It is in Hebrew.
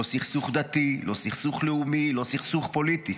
לא סכסוך דתי, לא סכסוך לאומי, לא סכסוך פוליטי.